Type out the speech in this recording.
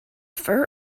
fur